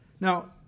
Now